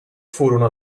furono